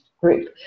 group